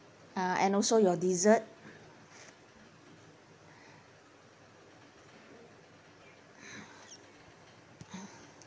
uh and also your dessert